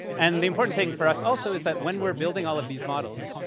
and the important thing for us also is that when we're building all of these models,